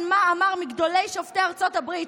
מה אמר מגדולי שופטי ארצות הברית,